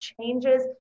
changes